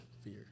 fear